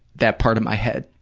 that part of my head.